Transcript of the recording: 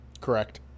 Correct